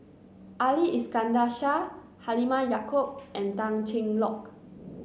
Ali Iskandar Shah Halimah Yacob and Tan Cheng Lock